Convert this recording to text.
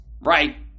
right